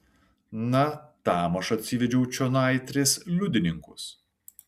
na tam aš atsivedžiau čionai tris liudininkus